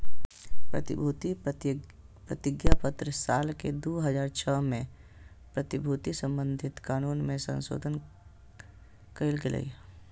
प्रतिभूति प्रतिज्ञापत्र साल के दू हज़ार छह में प्रतिभूति से संबधित कानून मे संशोधन कयल गेलय